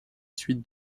suite